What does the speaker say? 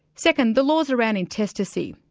second, the laws around intestacy,